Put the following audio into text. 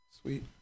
Sweet